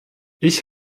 ich